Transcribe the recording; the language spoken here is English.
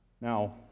Now